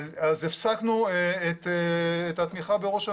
אז הפסקנו את התמיכה בראש הממשלה.